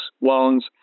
loans